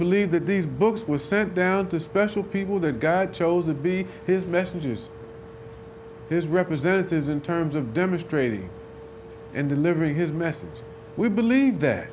believe that these books were sent down to special people that god chose to be his messengers his representatives in terms of demonstrating and delivering his message we believe that